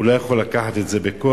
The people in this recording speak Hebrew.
הוא לא יכול לקחת את זה בכוח,